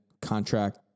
contract